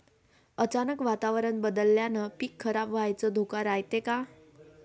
अचानक वातावरण बदलल्यानं पीक खराब व्हाचा धोका रायते का?